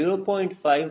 5 0